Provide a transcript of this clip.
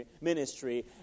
ministry